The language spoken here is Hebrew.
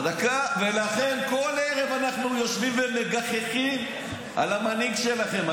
ולכן כל ערב אנחנו יושבים ומגחכים על המנהיג שלכם.